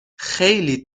خیلی